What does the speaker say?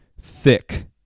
THICK